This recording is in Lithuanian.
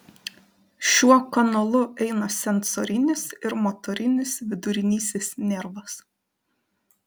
šiuo kanalu eina sensorinis ir motorinis vidurinysis nervas